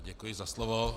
Děkuji za slovo.